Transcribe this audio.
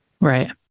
right